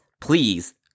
Please